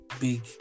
big